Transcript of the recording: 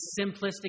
simplistic